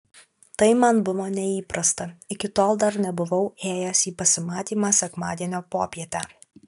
tai man buvo neįprasta iki tol dar nebuvau ėjęs į pasimatymą sekmadienio popietę